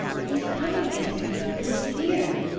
he is coming against the youth with a spear,